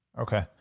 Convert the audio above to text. Okay